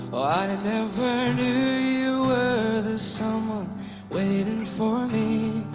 never knew you were the someone waiting for me